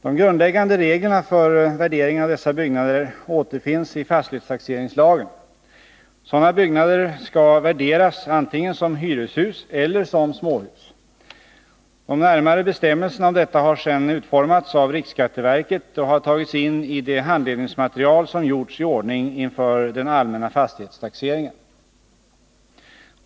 De grundläggande reglerna för värderingen av dessa byggnader återfinns i fastighetstaxeringslagen. Sådana byggnader skall värderas antingen som hyreshus eller som småhus. De närmare bestämmelserna om detta har sedan utformats av riksskatteverket och har tagits in i det handledningsmaterial som gjorts i ordning inför den allmänna fastighetstaxeringen.